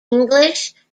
english